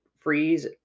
freeze